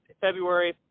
February